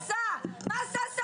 מה עשה שר הבריאות?